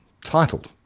titled